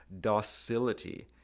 docility